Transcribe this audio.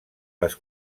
les